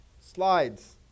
slides